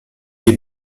die